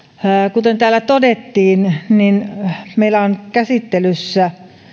kuten täällä todettiin meillä on käsittelyssä